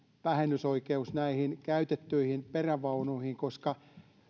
vähennysoikeus näihin käytettyihin perävaunuihin koska